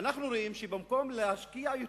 אנחנו רואים שבמקום להשקיע יותר,